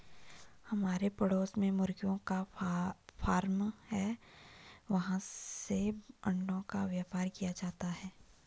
हमारे पड़ोस में मुर्गियों का फार्म है, वहाँ से अंडों का व्यापार किया जाता है